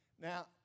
Now